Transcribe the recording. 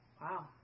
Wow